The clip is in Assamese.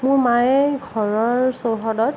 মোৰ মায়ে ঘৰৰ চৌহদত